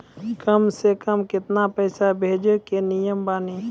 कम से कम केतना पैसा भेजै के नियम बानी?